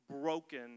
broken